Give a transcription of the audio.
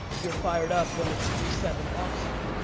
you're fired up when it's three-seven offsuit,